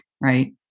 right